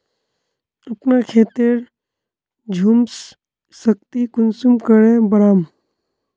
अपना खेतेर ह्यूमस शक्ति कुंसम करे बढ़ाम?